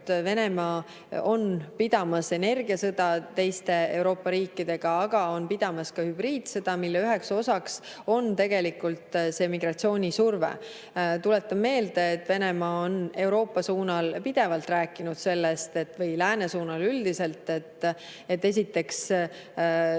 Venemaa on pidamas energiasõda teiste Euroopa riikidega, aga on pidamas ka hübriidsõda, mille üheks osaks on migratsioonisurve. Tuletan meelde, et Venemaa on Euroopa suunal pidevalt rääkinud sellest, või lääne suunal üldiselt, et esiteks,